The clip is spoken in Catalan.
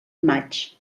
maig